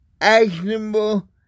actionable